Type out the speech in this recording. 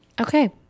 Okay